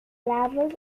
lavas